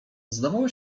zdawało